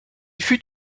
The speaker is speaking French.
fut